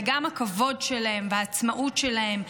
גם הכבוד שלהם והעצמאות שלהם,